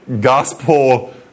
gospel